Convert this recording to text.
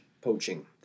poaching